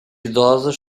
idosas